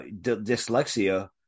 dyslexia